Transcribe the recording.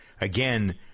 Again